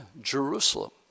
Jerusalem